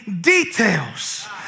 details